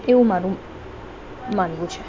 એવું મારું માનવું છે